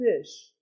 fish